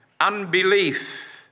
unbelief